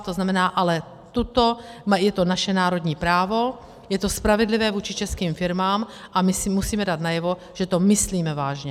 To znamená ale, je to naše národní právo, je to spravedlivé vůči českým firmám a my musíme dát najevo, že to myslíme vážně.